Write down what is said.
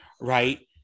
right